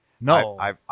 No